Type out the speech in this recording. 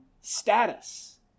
status